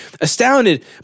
Astounded